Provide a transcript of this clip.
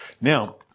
Now